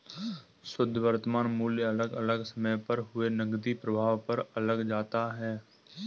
शुध्द वर्तमान मूल्य अलग अलग समय पर हुए नकदी प्रवाह पर लगाया जाता है